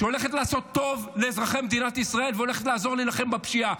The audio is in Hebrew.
שהולכת לעשות טוב לאזרחי מדינת ישראל והולכת לעזור להילחם בפשיעה?